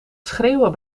schreeuwen